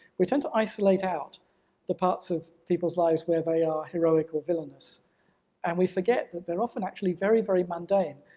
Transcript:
we tend to isolate out the parts of people's lives where they are heroic or villainous and we forget that they're often actually very, very mundane.